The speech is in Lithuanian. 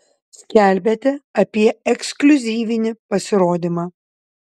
skelbiate apie ekskliuzyvinį pasirodymą